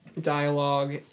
dialogue